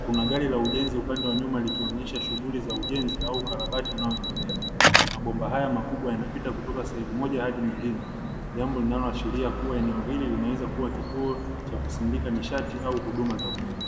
kuna gari la ujenzi upande wa nyuma, likionesha shughuli za ujenzi au ukarabati unaoendelea. Mabomba haya makubwa yanapita kutoka sehemu moja hadi nyingine, jambo linaloashiria kuwa eneo hili linaweza kuwa kituo cha kusindika nishati au huduma ya umeme.